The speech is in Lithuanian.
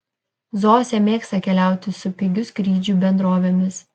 zosė mėgsta keliauti su pigių skrydžių bendrovėmis